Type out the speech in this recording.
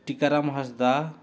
Tikaram Hansda